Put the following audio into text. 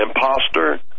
imposter